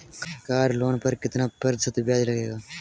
Car loan पर कितना प्रतिशत ब्याज लगेगा?